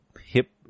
hip